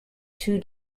two